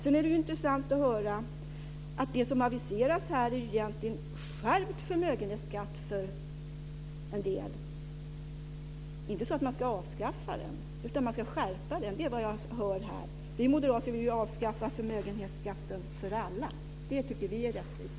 Sedan var det intressant att höra att det som aviseras här är egentligen skärpt förmögenhetsskatt för en del. Man ska inte avskaffa den, utan man ska skärpa den. Vi moderater vill avskaffa förmögenhetsskatten för alla. Det tycker vi är rättvist.